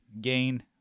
gain